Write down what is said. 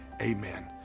amen